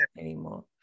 anymore